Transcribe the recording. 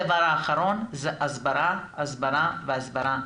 הדבר האחרון, הסברה, הסברה והסברה.